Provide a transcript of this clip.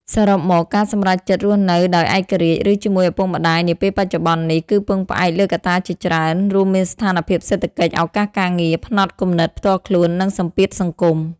សរុបមក ការសម្រេចចិត្តរស់នៅដោយឯករាជ្យ ឬជាមួយឪពុកម្តាយនាពេលបច្ចុប្បន្ននេះ គឺពឹងផ្អែកលើកត្តាជាច្រើន រួមមានស្ថានភាពសេដ្ឋកិច្ច ឱកាសការងារ ផ្នត់គំនិតផ្ទាល់ខ្លួន និងសម្ពាធសង្គម។